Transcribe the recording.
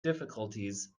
difficulties